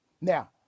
now